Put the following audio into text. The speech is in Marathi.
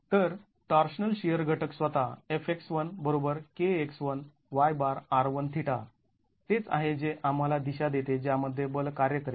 तर टॉर्शनल शिअर घटक स्वतः तेच आहे जे आम्हाला दिशा देते ज्यामध्ये बल कार्य करेल